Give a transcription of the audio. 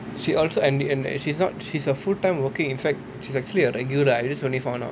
she also she's not she's a full time working inside she's actually a regular I just only found out